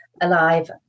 alive